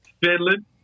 Finland